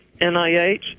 NIH